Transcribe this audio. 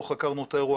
לא חקרנו את האירוע,